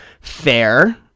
Fair